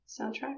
soundtrack